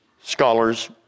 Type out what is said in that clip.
scholars